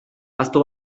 ahaztu